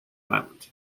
island